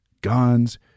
guns